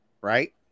right